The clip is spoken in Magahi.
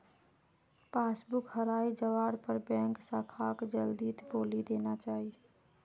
पासबुक हराई जवार पर बैंक शाखाक जल्दीत बोली देना चाई